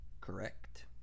correct